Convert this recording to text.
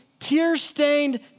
Tear-stained